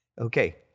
Okay